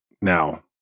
now